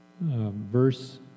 verse